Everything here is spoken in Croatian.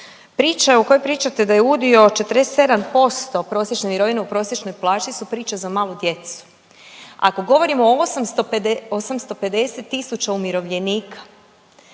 Priče u kojoj pričate da je udio 47% prosječne mirovine u prosječnoj plaći su priče za malu djecu. Ako govorimo o 850 tisuća umirovljenika